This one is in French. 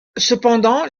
cependant